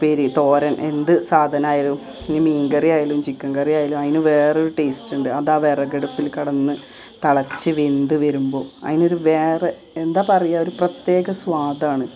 ഉപ്പേരി തോരൻ എന്ത് സാധനമായാലും ഇനി മീൻ കറിയായാലും ചിക്കൻ കറിയായാലും അതിന് വേറൊരു ടേയ്സ്റ്റ് ഉണ്ട് അതാ വിറകടുപ്പിൽ കിടന്ന് തിളച്ച് വെന്ത് വരുമ്പോൾ അതിനൊരു വേറെ എന്താപറയുക ഒരു പ്രത്യേക സ്വാദ് ആണ്